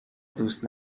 دوست